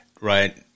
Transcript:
right